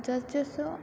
जसजसं